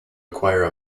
acquire